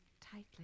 tightly